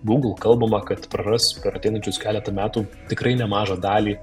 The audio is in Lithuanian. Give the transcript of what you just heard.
google kalbama kad praras per ateinančius keletą metų tikrai nemažą dalį